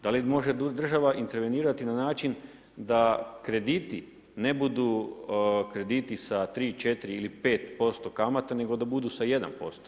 Da li može država intervenirati na način da krediti ne budu krediti sa 3, 4 ili 5% kamata, nego da budu sa 1%